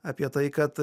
apie tai kad